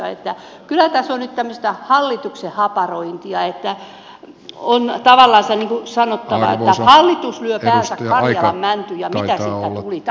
kyllä tässä on nyt tämmöistä hallituksen haparointia että on tavallansa sanottava että hallitus lyö päänsä karjalan mäntyyn ja mitä siitä tuli